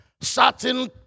Certain